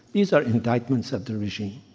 these are indictments of the regime.